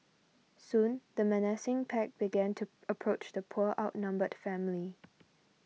soon the menacing pack began to approach the poor outnumbered family